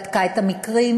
בדקה את המקרים,